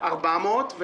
מהכנסת.